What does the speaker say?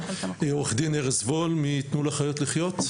עורך דין ארז וול מ'תנו לחיות לחיות'.